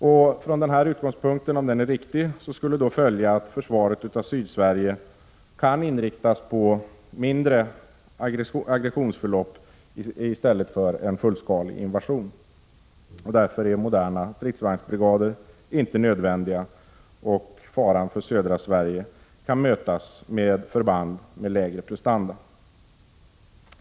Om denna utgångspunkt är riktig skulle följden bli att försvaret av Sydsverige kan inriktas på mindre aggressionsförlopp i stället för på en fullskalig invasion. Därför är moderna stridsvagnsbrigader inte nödvändiga, och faran för södra Sverige kan mötas med förband med lägre prestanda, anses det.